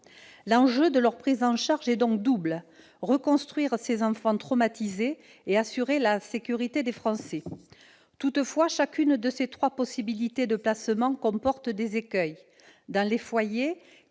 L'enjeu de leur prise en charge est donc double : reconstruire ces enfants traumatisés et assurer la sécurité des Français. Toutefois, chacune des trois possibilités de placement que j'ai citées comporte des écueils. Dans les foyers,